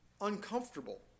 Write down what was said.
uncomfortable